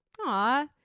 Aw